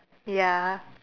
ya